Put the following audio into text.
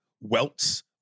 welts